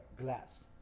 Glass